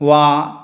वा